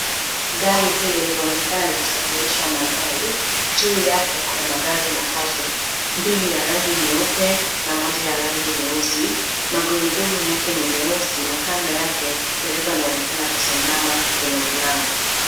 Gari hili linaonekana la kusafirisha magari, juu yake kuna magari matatu mbili ya rangi nyeupe na moja ya rangi nyeusi. Magurudumu yake ni meusi na kando yake dereva anaonekana kusimama kwenye mlango.